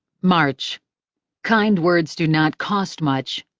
march kind words do not cost much.